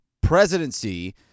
presidency